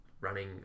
running